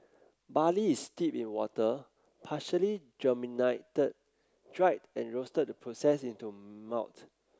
barley is steeped in water partially germinated dried and roasted to process it into malt